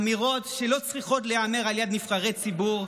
אמירות שלא צריכות להיאמר על ידי נבחרי ציבור,